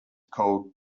called